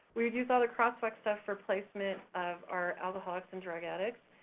we'd use all that crosswalk stuff for placement of our alcoholics and drug addicts.